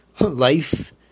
life